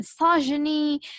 misogyny